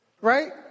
right